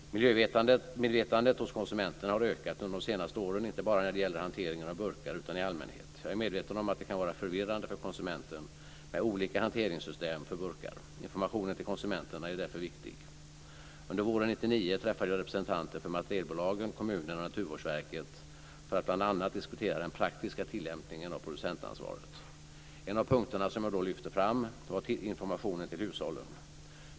Miljömedvetandet hos konsumenterna har ökat under de senaste åren, inte bara när det gäller hanteringen av burkar utan i allmänhet. Jag är medveten om att det kan vara förvirrande för konsumenten med olika hanteringssystem för burkar. Informationen till konsumenterna är därför viktig. Under våren 1999 träffade jag representanter för materialbolagen, kommunerna och Naturvårdsverket för att bl.a. diskutera den praktiska tillämpningen av producentansvaret. En av punkterna som jag då lyfte fram var informationen till hushållen.